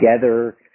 together